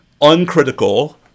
uncritical